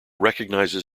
recognizes